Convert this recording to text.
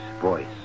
voice